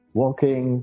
walking